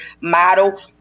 model